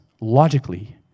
logically